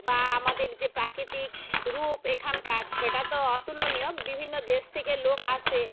বা আমাদের যে প্রাকৃতিক রূপ এখানকার সেটা তো অতুলনীয় বিভিন্ন দেশ থেকে লোক আসে